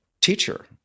teacher